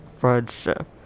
friendship